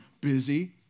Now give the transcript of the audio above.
Busy